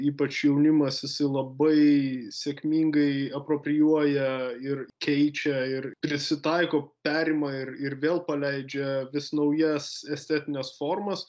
ypač jaunimas jisai labai sėkmingai apropijuoja ir keičia ir prisitaiko perima ir ir vėl paleidžia vis naujas estetines formas